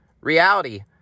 reality